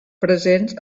presents